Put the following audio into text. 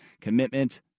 commitment